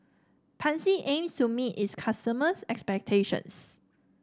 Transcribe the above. Pansy aims to meet its customers' expectations